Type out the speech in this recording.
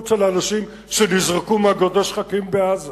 שמתם את התמונות של האנשים שנזרקו מגורדי-השחקים בעזה